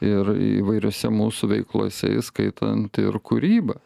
ir įvairiose mūsų veiklose įskaitant ir kūrybą